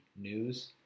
news